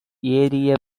ஏறிய